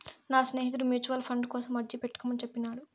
నా స్నేహితుడు mutual fund కోసం అర్జీ పెట్టుకోమని చెప్పినాడు